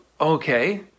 okay